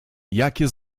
jakie